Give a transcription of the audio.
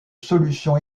solution